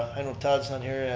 i know todd's not here,